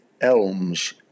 ELMS